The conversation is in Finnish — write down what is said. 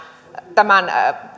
tämän